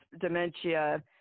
dementia